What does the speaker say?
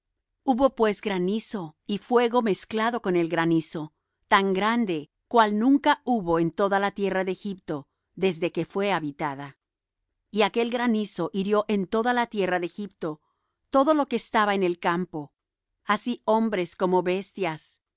hubo pues granizo y fuego mezclado con el granizo tan grande cual nunca hubo en toda la tierra de egipto desde que fué habitada y aquel granizo hirió en toda la tierra de egipto todo lo que estaba en el campo así hombres como bestias